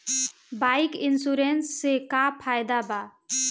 Bike insurance से का फायदा बा?